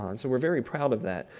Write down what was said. um and so we're very proud of that.